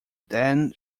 then